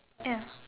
ya